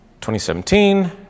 2017